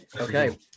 Okay